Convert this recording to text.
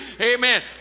Amen